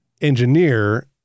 engineer